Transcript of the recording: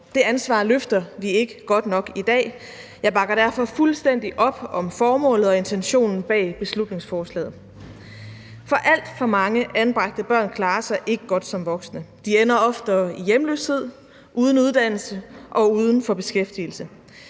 Det ansvar løfter vi ikke godt nok i dag. Jeg bakker derfor fuldstændig op om formålet og intentionen bag beslutningsforslaget. Alt for mange anbragte børn klarer sig ikke godt som voksne; de ender oftere i hjemløshed, uden uddannelse og uden for beskæftigelse.